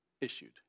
issued